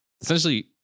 essentially